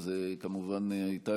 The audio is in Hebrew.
וזו כמובן הייתה,